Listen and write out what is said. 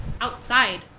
outside